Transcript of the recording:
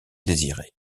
désirer